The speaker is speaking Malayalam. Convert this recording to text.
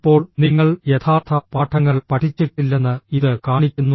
ഇപ്പോൾ നിങ്ങൾ യഥാർത്ഥ പാഠങ്ങൾ പഠിച്ചിട്ടില്ലെന്ന് ഇത് കാണിക്കുന്നു